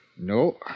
No